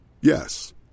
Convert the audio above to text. Yes